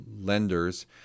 lenders